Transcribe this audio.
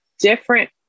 different